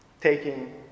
taking